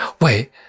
Wait